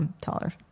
taller